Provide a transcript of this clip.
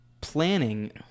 planning